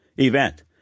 Event